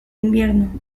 invierno